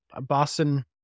Boston